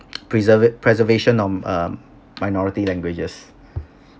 preserve it preservation on um minority languages